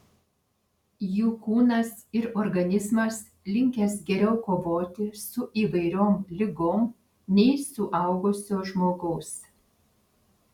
jų kūnas ir organizmas linkęs geriau kovoti su įvairiom ligom nei suaugusio žmogaus